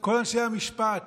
כל אנשי המשפט